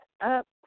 up